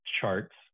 charts